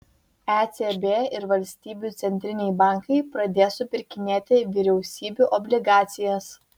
ecb ir valstybių centriniai bankai pradės supirkinėti vyriausybių obligacijas